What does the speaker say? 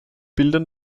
bildern